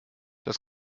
das